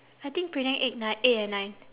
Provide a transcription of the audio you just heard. I think prelim eight nine eight and nine